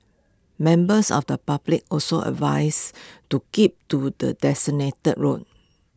members of the public also advised to keep to the designated route